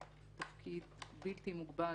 תפקיד בלתי מוגבל,